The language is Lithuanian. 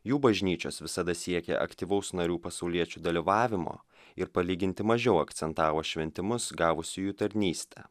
jų bažnyčios visada siekia aktyvaus narių pasauliečių dalyvavimo ir palyginti mažiau akcentavo šventimus gavusiųjų tarnystę